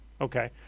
Okay